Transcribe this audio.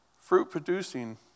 Fruit-producing